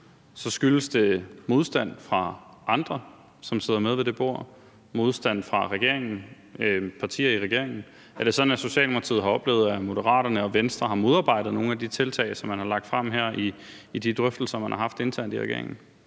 skyldes det modstand fra andre, som sidder med ved det bord – modstand fra partier i regeringen. Er det sådan, at Socialdemokratiet har oplevet, at Moderaterne og Venstre har modarbejdet nogle af de tiltag, som man har lagt frem her i de drøftelser, man har haft internt i regeringen?